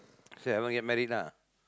say you haven't get married lah